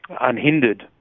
unhindered